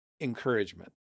encouragement